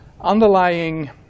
underlying